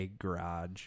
garage